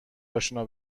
اشنا